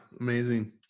Amazing